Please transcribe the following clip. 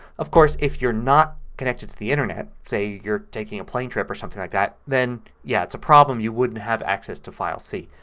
of course, if you're not connected to the internet, say you're taking a plane trip or something like that, then yes yeah it's a problem you wouldn't have access to file c.